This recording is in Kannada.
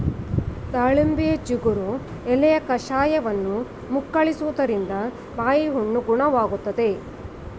ದಾಳಿಂಬೆಯ ಚಿಗುರು ಎಲೆಯ ಕಷಾಯವನ್ನು ಮುಕ್ಕಳಿಸುವುದ್ರಿಂದ ಬಾಯಿಹುಣ್ಣು ಗುಣವಾಗ್ತದೆ